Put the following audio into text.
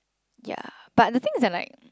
ya but the thing is like